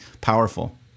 powerful